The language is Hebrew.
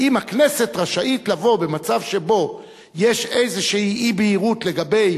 האם הכנסת רשאית לבוא במצב שבו יש איזו אי-בהירות לגבי